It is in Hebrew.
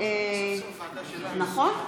סוף-סוף ועדה שלנו.